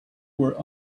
were